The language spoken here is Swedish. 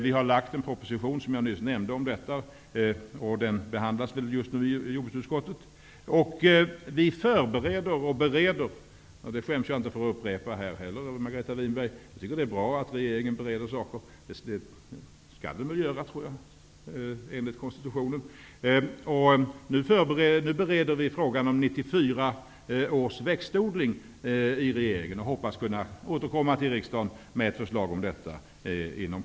Vi har lagt fram en proposition om detta, som jag nyss nämnde. Den behandlas just nu i jordbruksutskottet. Vi förbereder och bereder i regeringen -- jag skäms inte att upprepa det, Margareta Winberg, för jag tycker att det är bra att regeringen bereder saker och också skall göra det enligt konstitutionen -- frågan om 1994 års växtodling. Vi hoppas inom kort kunna återkomma till riksdagen med förslag om detta.